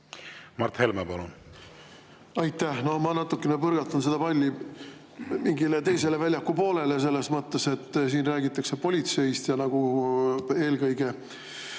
Mart Helme, palun! Aitäh! No ma natukene põrgatan palli teisele väljakupoolele selles mõttes, et siin räägitakse politseist ja eelkõige